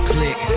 Click